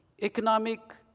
Economic